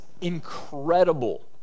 incredible